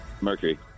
Mercury